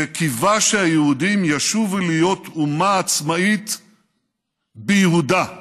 שקיווה שהיהודים ישובו להיות אומה עצמאית ביהודה.